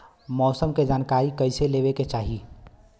मौसम के जानकारी कईसे लेवे के चाही?